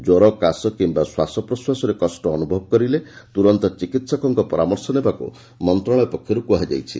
କ୍ୱର କାଶ କିମ୍ବା ଶ୍ୱାସପ୍ରଶ୍ୱାସରେ କଷ୍ଟ ଅନୁଭବ କଲେ ତୁରନ୍ତ ଚିକିତ୍ସକଙ୍କ ପରାମର୍ଶ ନେବାକୁ ମନ୍ତ୍ରଣାଳୟ ପକ୍ଷରୁ କୁହାଯାଇଛି